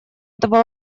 этого